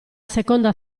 seconda